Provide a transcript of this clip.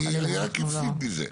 אני רק אפסיד מזה.